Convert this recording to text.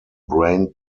brain